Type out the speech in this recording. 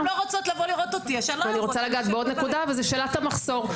אני רוצה לגעת בעוד נקודה וזו שאלת המחסור.